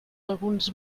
alguns